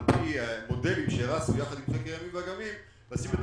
פי מודלים שהרצנו יחד עם חקר ימים ואגמים לשים את